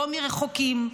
לא מרחוקים,